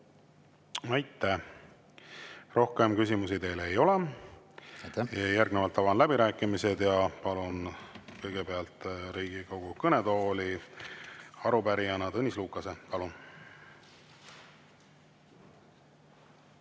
Aitäh! Rohkem küsimusi teile ei ole. Järgnevalt avan läbirääkimised. Palun kõigepealt Riigikogu kõnetooli arupärijana Tõnis Lukase.